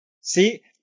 See